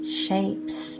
shapes